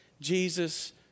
Jesus